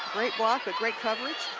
great block but great coverage.